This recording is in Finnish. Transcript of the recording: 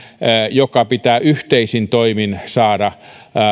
joka pitää yhteisin toimin saada